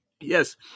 Yes